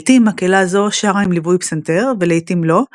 לעיתים מקהלה זו שרה עם ליווי פסנתר, ולעיתים לא,